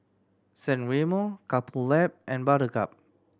San Remo Couple Lab and Buttercup